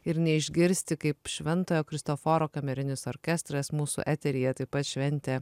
ir neišgirsti kaip šventojo kristoforo kamerinis orkestras mūsų eteryje taip pat šventė